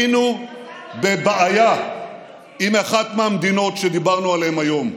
היינו בבעיה עם אחת מהמדינות שדיברנו עליהן היום.